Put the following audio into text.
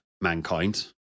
mankind